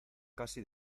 casi